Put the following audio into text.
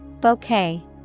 Bouquet